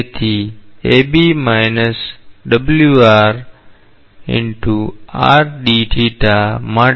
તેથી માટે